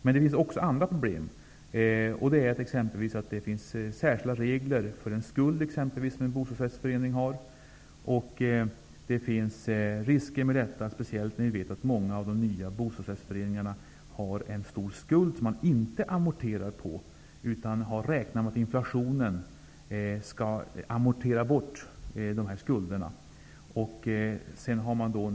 Men det finns även andra problem, t.ex. att det finns särskilda regler för en skuld som en bostadsrättsförening har. Det finns risker med detta, speciellt när vi vet att många av de nya bostadsrättsföreningarna har stora skulder som de inte amorterar på, utan de har räknat med att inflationen skall så att säga amortera bort dessa skulder.